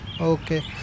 Okay